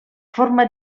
forma